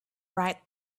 write